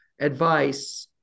advice